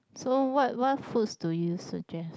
so what what foods do you suggest